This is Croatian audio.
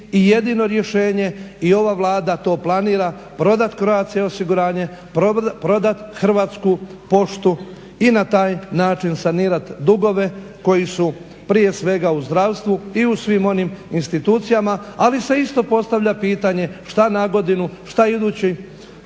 i jedino rješenje i ova Vlada to planira prodat Croatia osiguranje, prodat Hrvatsku poštu i na taj način sanirat dugove koji su prije svega u zdravstvu i u svim onim institucijama, ali se isto postavlja pitanje šta nagodinu, šta će